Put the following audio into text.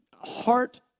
heart